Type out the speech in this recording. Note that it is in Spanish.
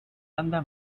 anda